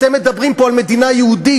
אתם מדברים פה על מדינה יהודית,